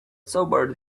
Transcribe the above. sobered